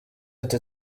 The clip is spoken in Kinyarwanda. ati